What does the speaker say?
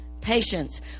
patience